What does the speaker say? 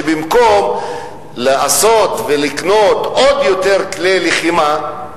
שבמקום לעשות ולקנות עוד יותר כלי לחימה,